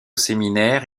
séminaire